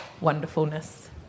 wonderfulness